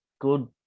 good